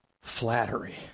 flattery